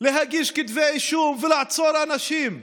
להגיש כתבי אישום ולעצור אנשים,